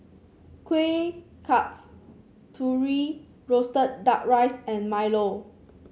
Kueh Kasturi roasted duck rice and milo